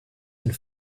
and